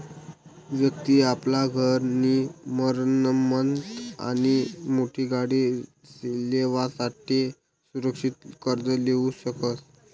व्यक्ति आपला घर नी मरम्मत आणि मोठी गाडी लेवासाठे असुरक्षित कर्ज लीऊ शकस